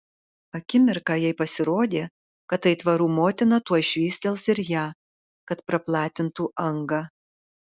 akimirką jai pasirodė kad aitvarų motina tuoj švystels ir ją kad praplatintų angą